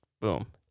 Boom